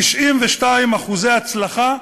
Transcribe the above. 92% הצלחה.